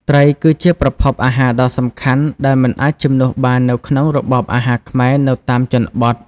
ត្រីគឺជាប្រភពអាហារដ៏សំខាន់ដែលមិនអាចជំនួសបាននៅក្នុង របបអាហារខ្មែរ នៅតាមជនបទ។